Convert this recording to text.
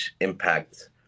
impact